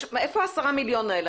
מאיפה 10 מיליון השקלים האלה?